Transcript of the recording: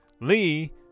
Lee